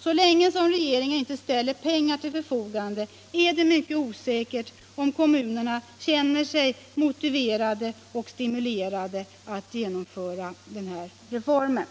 Så länge regeringen inte ställer pengar till förfogande är det mycket osäkert om kommunerna känner sig motiverade och stimulerade att genomföra den här reformen.